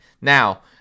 Now